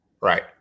Right